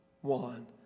one